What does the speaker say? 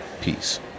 Peace